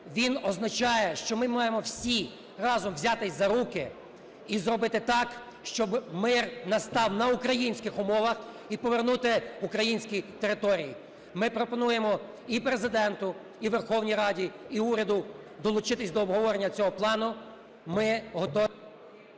він означає, що ми маємо всі разом взятись за руки і зробити так, щоби мир настав на українських умовах і повернути українські території. Ми пропонуємо і Президенту і Верховній Раді і уряду долучитись до обговорення цього плану.